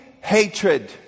hatred